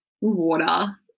water